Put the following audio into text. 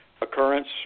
occurrence